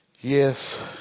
Yes